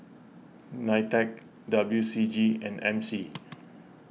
Nitec W C G and M C